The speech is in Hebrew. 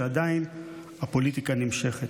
שעדיין הפוליטיקה נמשכת.